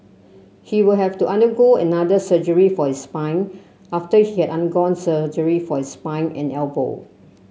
he will have to undergo another surgery for his spine after he had undergone surgery for his spine and elbow